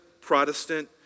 Protestant